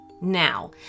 Now